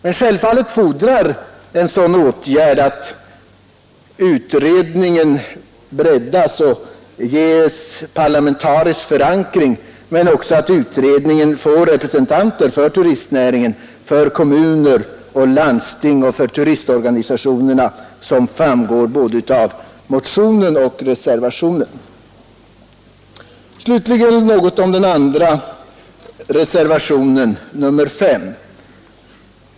Men självfallet fordrar en sådan åtgärd att utredningen breddas och ges parlamentarisk förankring liksom också att utredningen får representanter för turistnäringen, för kommuner, för landsting och för turistorganisationer, såsom anförs både i motionen och i reservationen. Slutligen några ord om den andra reservationen, nr 5.